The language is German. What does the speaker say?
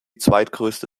zweitgrößte